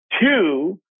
Two